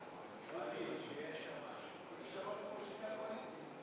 (דרישה לתשלום דמי ביטוח בתוך שבע שנים),